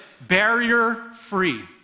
barrier-free